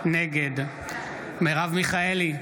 נגד מרב מיכאלי,